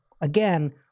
again